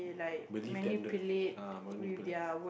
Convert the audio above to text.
believe them ah